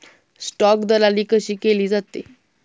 Stock दलाली कशी केली जाते?